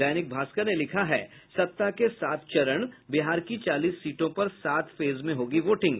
दैनिक भास्कर ने लिखा है सत्ता के सात चरण बिहार की चालीस सीटों पर सात फेज में होगी वोटिंग